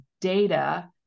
data